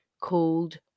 called